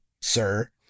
sir